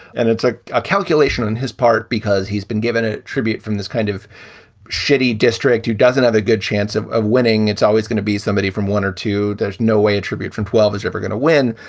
and it's a a calculation on his part because he's been given a tribute from this kind of shitty district who doesn't have a good chance of of winning. it's always going to be somebody from one or two. there's no way a tribute from twelve zero is ever going to win.